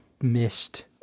missed